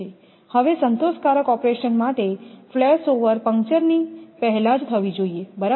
હવે સંતોષકારક ઓપરેશન માટે ફ્લેશ ઓવર પંકચરની પહેલાં જ થવી જોઈએ બરાબર